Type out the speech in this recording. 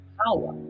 power